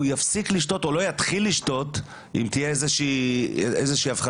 הוא יפסיק לשתות או לא יתחיל לשתות אם תהיה איזושהי הפחדה.